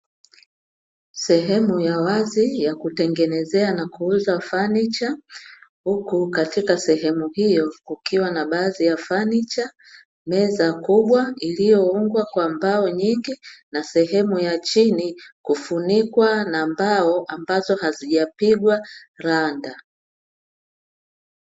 Sehemu ya wazi ya kutengenezea na kuuza fanicha, huku katika eneo hilo kukiwa na baadhi ya fanicha, meza kubwa iliyoungwa kwa mbao nyingi, na sehemu ya chini kufunikwa na mbao ambazo hazijapigwa randa.